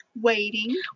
Waiting